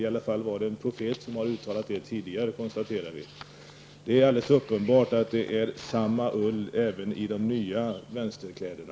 Det är i alla fall en profet som har uttalat det, konstaterade vi tidigare. Det är alldeles uppenbart att det är samma ull i de nya vänsterkläderna.